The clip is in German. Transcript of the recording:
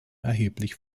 erheblich